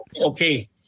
Okay